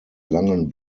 langen